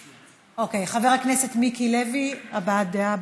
חבר הכנסת מיקי לוי, הבעת דעה.